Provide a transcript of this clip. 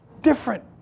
Different